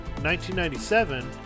1997